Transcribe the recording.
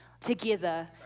together